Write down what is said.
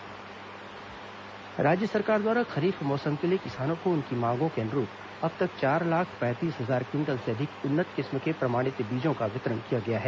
बीज वितरण राज्य सरकार द्वारा खरीफ मौसम के लिए किसानों को उनकी मांग के अनुरूप अब तक चार लाख पैंतीस हजार क्विंटल से अधिक उन्नत किस्म के प्रमाणित बीज का वितरण किया गया है